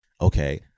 okay